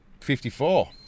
54